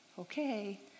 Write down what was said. okay